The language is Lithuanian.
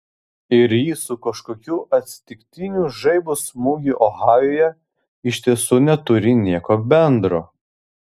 ir jis su kažkokiu atsitiktiniu žaibo smūgiu ohajuje iš tiesų neturi nieko bendro